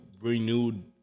Renewed